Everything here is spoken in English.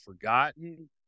forgotten